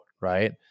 right